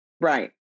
Right